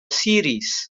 series